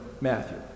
Matthew